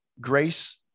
grace